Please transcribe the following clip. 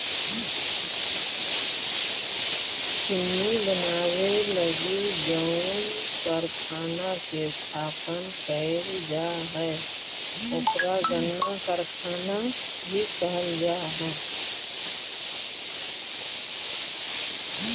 चीनी बनावे लगी जउन कारखाना के स्थापना कैल जा हइ ओकरा गन्ना कारखाना भी कहल जा हइ